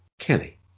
kelly